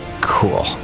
Cool